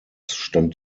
stand